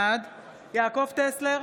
בעד יעקב טסלר,